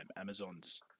Amazon's